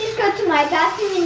go to my bathroom